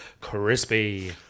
Crispy